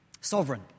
Sovereign